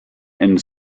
and